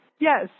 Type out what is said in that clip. Yes